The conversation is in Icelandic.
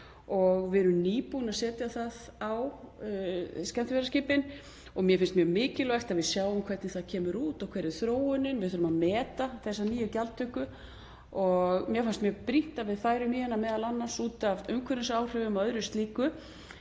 og við erum nýbúin að setja það á. Mér finnst mjög mikilvægt að við sjáum hvernig það kemur út og hver þróunin verður. Við þurfum að meta þessa nýju gjaldtöku. Mér fannst mjög brýnt að við færum í hana, m.a. út af umhverfisáhrifum og öðru slíku,